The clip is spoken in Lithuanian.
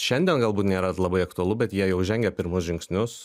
šiandien galbūt nėra labai aktualu bet jie jau žengia pirmus žingsnius